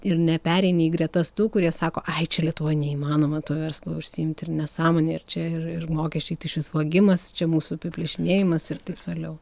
ir nepereini į gretas tų kurie sako ai čia lietuvoj neįmanoma tuo verslu užsiimti ir nesąmonė ir čia ir ir mokesčiai išvis vogimas čia mūsų apiplėšinėjimas ir taip toliau